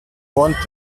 wanted